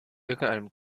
irgendeinem